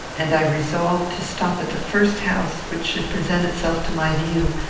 and i resolved to stop at the first house which should present itself to my view,